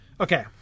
okay